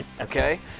Okay